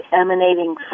emanating